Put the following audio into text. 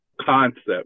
concept